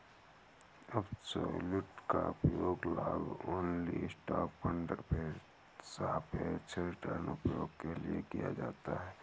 absolute का उपयोग long only stock fund सापेक्ष रिटर्न उपायों के लिए किया जाता है